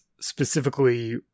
specifically